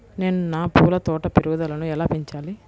నేను నా పూల తోట పెరుగుదలను ఎలా పెంచాలి?